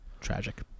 Tragic